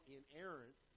inerrant